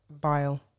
Bile